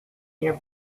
near